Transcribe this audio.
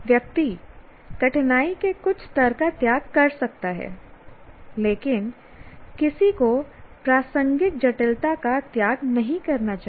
व्यक्ति कठिनाई के कुछ स्तर का त्याग कर सकता है लेकिन किसी को प्रासंगिक जटिलता का त्याग नहीं करना चाहिए